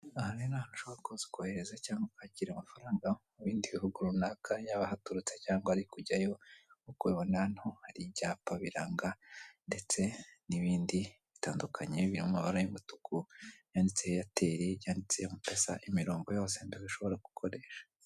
Aha rero ni ahantu ushobora kuza kohereza cyangwa kwakira amafaranga mu bindi bihugu runaka yaba ahaturutse cyangwa ari kujyayo, nk'uko ubibona hano hari ibyapa biranga ndetse n'ibindi bitandukanye biri mu mabara y'umutuku byanditseho airtel, byandiseho emupesa, imirongo yose dushobora gukoresha.